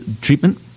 treatment